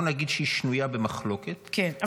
-- שבואי נגיד שהיא שנויה במחלוקת -- כן,